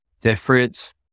different